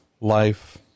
life